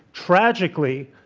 tragically,